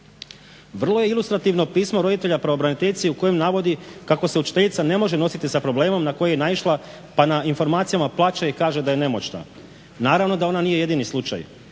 Vrlo je ilustrativno pismo roditelja pravobraniteljici u kojem navodi kako se učiteljica ne može nositi sa problemom na koji je naišla pa na informacijama plače i kaže da je nemoćna. Naravno da ona nije jedini slučaj.